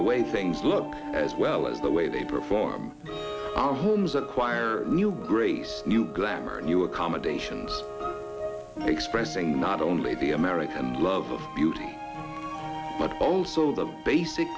the way things look as well as the way they perform on homes acquire new grace new glamour new accommodations expressing not only the america and love of beauty but also the basic